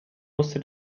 musste